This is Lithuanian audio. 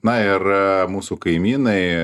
na ir ee mūsų kaimynai